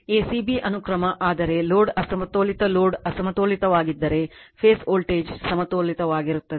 A c b ಅನುಕ್ರಮ ಆದರೆ load ಅಸಮತೋಲಿತ ಲೋಡ್ ಅಸಮತೋಲಿತವಾಗಿದ್ದರೆ ಫೇಸ್ ವೋಲ್ಟೇಜ್ ಸಮತೋಲಿತವಾಗಿರುತ್ತದೆ